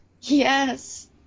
Yes